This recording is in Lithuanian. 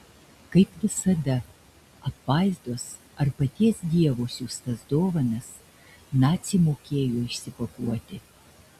kaip visada apvaizdos ar paties dievo siųstas dovanas naciai mokėjo išsipakuoti